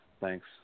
Thanks